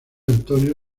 antonio